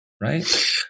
Right